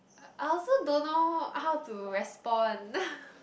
I also don't know how to respond